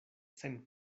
sen